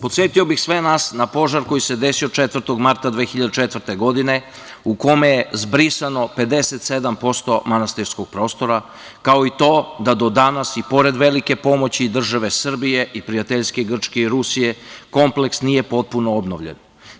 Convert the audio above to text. Podsetio bih sve nas na požar koji se desio 4. marta 2004. godine u kome je zbrisano 57% manastirskog prostora, kao i to da do danas i pored velike pomoći i države Srbije i prijateljske Grčke i Rusije, kompleks nije potpuno obnovljen.